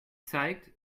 zeigt